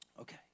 okay